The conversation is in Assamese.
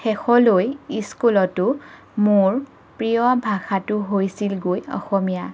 শেষলৈ স্কুলতো মোৰ প্ৰিয় ভাষাটো হৈছিলগৈ অসমীয়া